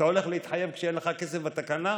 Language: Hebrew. אתה הולך להתחייב כשאין לך כסף בתקנה?